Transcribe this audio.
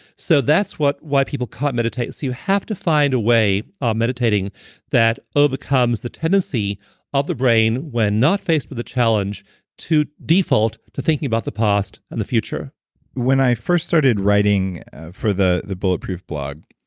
so that's why people can't meditate. so you have to find a way um meditating that overcomes the tendency of the brain when not faced with a challenge to default to thinking about the past and the future when i first started writing for the the bulletproof blog,